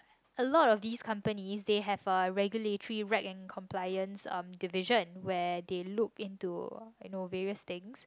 a lot of these companies they have a regulatory right and compliance um division where they look into you know various things